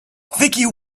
vicky